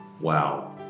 Wow